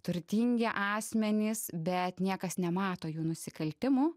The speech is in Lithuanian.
turtingi asmenys bet niekas nemato jų nusikaltimų